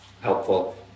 helpful